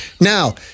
Now